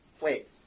Wait